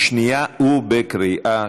15 בעד, אפס מתנגדים, אפס נמנעים.